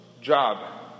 Job